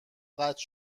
قطع